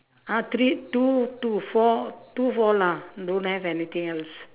ah three two two four two four lah don't have anything else